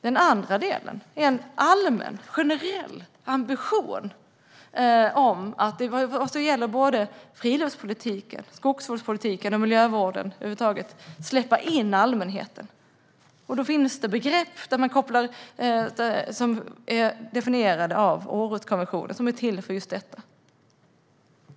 Den andra delen är en allmän, generell ambition om att i både friluftspolitiken, skogsvårdspolitiken och miljövården släppa in allmänheten. Då finns det begrepp som är definierade av Århuskonventionen och som är till för just detta.